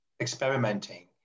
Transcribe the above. experimenting